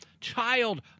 Child